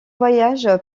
voyage